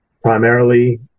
primarily